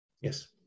Yes